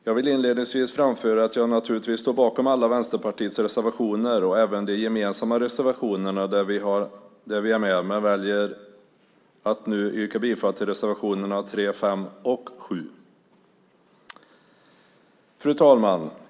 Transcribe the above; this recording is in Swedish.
Jag vill inledningsvis framföra att jag naturligtvis står bakom alla Vänsterpartiets reservationer och även de gemensamma reservationerna där vi är med men väljer att nu endast yrka bifall till reservationerna 3, 5 och 7. Fru talman!